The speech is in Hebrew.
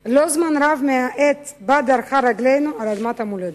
זמן לא רב מהעת שבה דרכה רגלנו על אדמת המולדת.